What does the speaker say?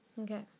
okay